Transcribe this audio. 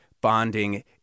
bonding